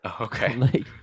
Okay